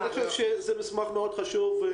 אני חושב שזה מסמך מאוד חשוב,